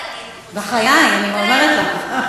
בחיי, אני אומרת לך.